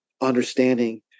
understanding